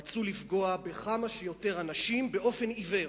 אני יודע רק דבר אחד: הוא והוא רצו לפגוע בכמה שיותר אנשים באופן עיוור.